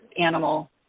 animal